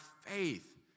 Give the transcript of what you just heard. faith